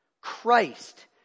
Christ